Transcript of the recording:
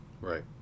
Right